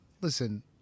Listen